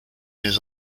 his